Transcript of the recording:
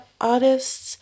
artists